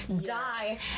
die